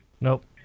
Nope